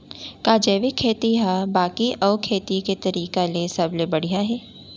का जैविक खेती हा बाकी अऊ खेती के तरीका ले सबले बढ़िया हे?